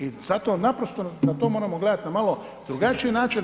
I zato naprosto na to moramo gledati na malo drugačiji način.